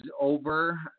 over